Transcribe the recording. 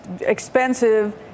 expensive